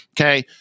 Okay